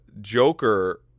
Joker